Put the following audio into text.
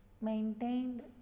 maintained